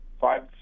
five